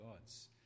gods